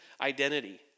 identity